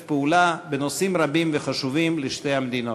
פעולה בנושאים רבים וחשובים לשתי המדינות.